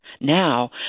now